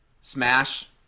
Smash